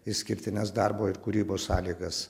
išskirtines darbo ir kūrybos sąlygas